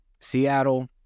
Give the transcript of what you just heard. Seattle